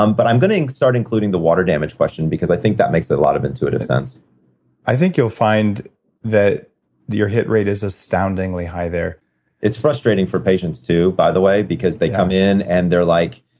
um but i'm going to start including the water damage question because i think that makes a lot of intuitive sense i think you'll find that your hit rate is astoundingly high there it's frustrating for patients, too, by the way, because they come in and they're like,